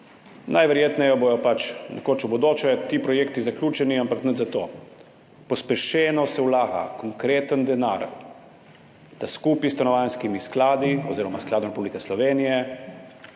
Najverjetneje bodo nekoč v bodoče ti projekti zaključeni, ampak nič za to. Pospešeno se vlaga konkreten denar, da skupaj s Stanovanjskim skladom Republike Slovenije